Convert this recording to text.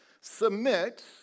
Submit